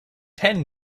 ten